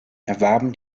erwarben